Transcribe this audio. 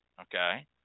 Okay